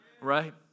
right